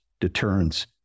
deterrence